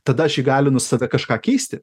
tada aš įgalinu save kažką keisti